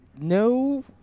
no